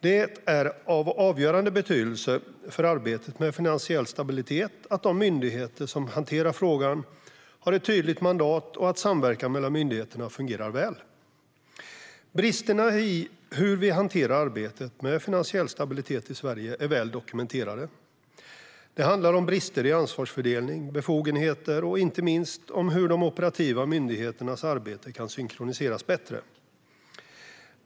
Det är av avgörande betydelse för arbetet med finansiell stabilitet att de myndigheter som hanterar frågan har ett tydligt mandat och att samverkan mellan myndigheterna fungerar väl. Bristerna i hur vi hanterar arbetet med finansiell stabilitet i Sverige är väl dokumenterade. Det handlar om brister i ansvarsfördelning och befogenheter och inte minst om hur de operativa myndigheternas arbete kan synkroniseras bättre.